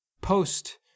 post